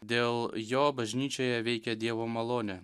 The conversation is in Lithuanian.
dėl jo bažnyčioje veikia dievo malonė